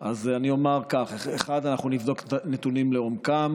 אז אני אומר כך: 1. אנחנו נבדוק את הנתונים לעומקם,